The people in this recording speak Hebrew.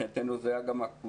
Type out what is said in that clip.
מבחינתנו זה היה גם הקושן,